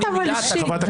אני מילה וכבר אתה